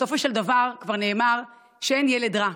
כי בסופו של דבר, כבר נאמר שאין ילד רע,